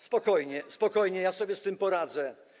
Spokojnie, spokojnie, ja sobie z tym poradzę.